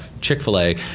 Chick-fil-A